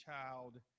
child